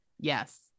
Yes